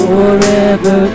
Forever